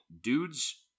dudes